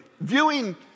Viewing